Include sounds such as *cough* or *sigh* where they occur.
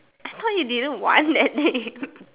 I thought you didn't want that name *laughs*